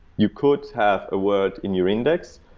you could have a word in your index,